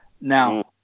Now